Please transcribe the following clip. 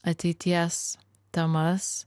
ateities temas